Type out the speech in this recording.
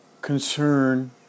concern